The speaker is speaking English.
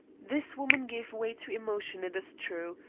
this woman gave way to emotion, it is true,